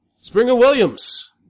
Springer-Williams